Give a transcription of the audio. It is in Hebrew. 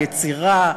היצירה,